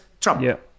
Trump